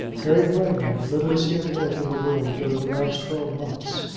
harry clavering, little as he had lived in the world during the last twelve months,